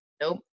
nope